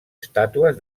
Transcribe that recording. estàtues